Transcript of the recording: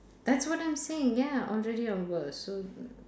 that's what I'm saying ya already over so